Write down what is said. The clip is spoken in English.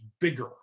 bigger